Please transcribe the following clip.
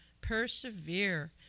persevere